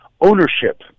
ownership